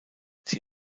sie